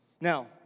Now